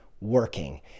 working